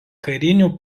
karinių